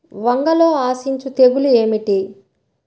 వంగలో ఆశించు తెగులు ఏమిటి?